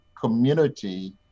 community